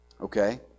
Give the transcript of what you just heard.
Okay